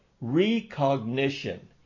recognition